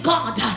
God